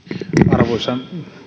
arvoisa